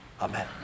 Amen